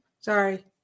Sorry